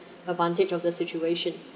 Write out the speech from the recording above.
advantage of the situation